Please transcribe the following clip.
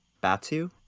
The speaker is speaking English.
batu